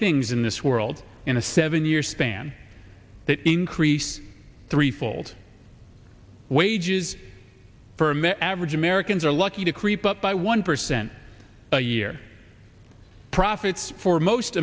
things in this world in a seven year span that increase threefold wages for many average americans are lucky to creep up by one percent a year profits for most